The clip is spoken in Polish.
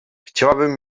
chciałabym